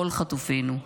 כל חטופינו.